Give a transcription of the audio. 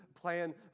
plan